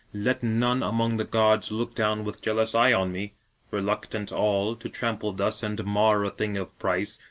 let none among the gods look down with jealous eye on me reluctant all, to trample thus and mar a thing of price,